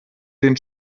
den